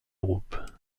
groupe